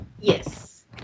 Yes